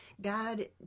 God